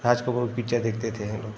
राज कपूर की पिक्चर देखते थे ये लोग